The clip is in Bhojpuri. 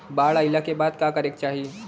बाढ़ आइला के बाद का करे के चाही?